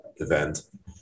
event